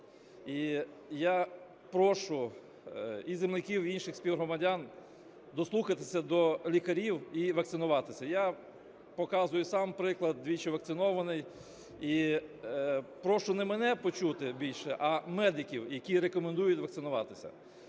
І я прошу і земляків, і інших співгромадян дослухатися до лікарів і вакцинуватися. Я показую сам приклад – двічі вакцинований. І прошу не мене почути більше, а медиків, які рекомендують вакцинуватися.